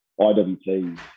iwt